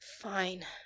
Fine